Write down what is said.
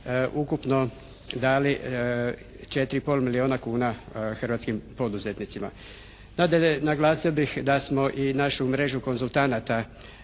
ukupno dali 4 i pol milijuna kuna hrvatskim poduzetnicima. Nadalje naglasio bih da smo i našu mrežu konzultanata